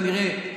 כנראה,